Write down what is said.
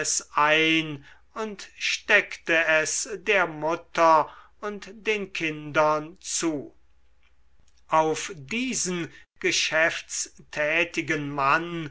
ein und steckte es der mutter und den kindern zu auf diesen geschäftstätigen mann